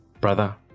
brother